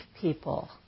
people